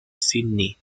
sydney